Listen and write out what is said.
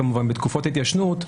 כמובן בתקופות ההתיישנות,